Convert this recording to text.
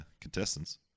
Contestants